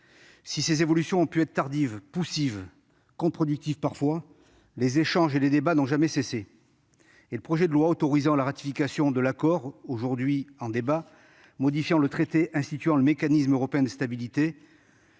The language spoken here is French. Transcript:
Si ces évolutions ont pu être tardives, poussives, parfois contre-productives, les échanges et les débats n'ont jamais cessé. Et le projet de loi autorisant la ratification de l'accord modifiant le traité instituant le Mécanisme européen de stabilité,